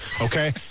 Okay